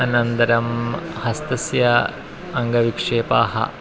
अनन्तरं हस्तस्य अङ्गविक्षेपाः